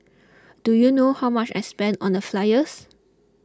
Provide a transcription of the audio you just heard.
do you know how much I spent on the flyers